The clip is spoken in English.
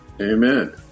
Amen